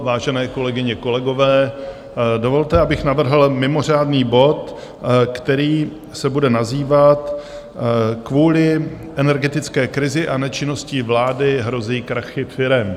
Vážené kolegyně, kolegové, dovolte, abych navrhl mimořádný bod, který se bude nazývat Kvůli energetické krizi a nečinnosti vlády hrozí krachy firem.